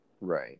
Right